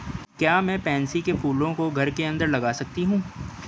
क्या मैं पैंसी कै फूलों को घर के अंदर लगा सकती हूं?